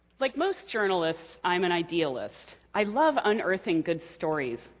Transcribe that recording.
like most journalists, i'm an idealist. i love unearthing good stories,